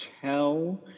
tell